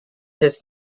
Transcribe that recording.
his